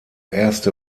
erste